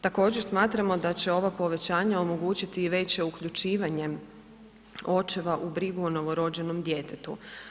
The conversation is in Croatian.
Također smatramo da će ovo povećanje omogućiti i veće uključivanje očeva u brigu o novorođenom djetetu.